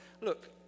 look